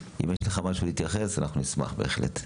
אם יש לך משהו להתייחס, אנחנו נשמח בהחלט.